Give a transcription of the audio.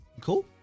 Cool